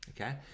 Okay